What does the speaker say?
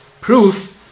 proof